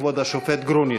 כבוד השופט גרוניס.